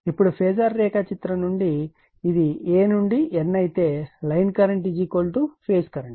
ఇప్పుడు ఫేజార్ రేఖాచిత్రం నుండి ఇది A నుండి N అయితే లైన్ కరెంట్ ఫేజ్ కరెంట్